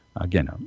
Again